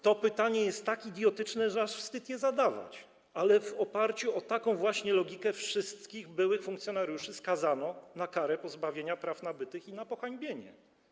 To pytanie jest tak idiotyczne, że aż wstyd je zadawać, ale w oparciu o taką właśnie logikę wszystkich byłych funkcjonariuszy skazano na karę pozbawienia praw nabytych i na pohańbienie.